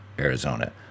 Arizona